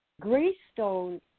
Greystone